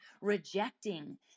rejecting